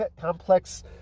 complex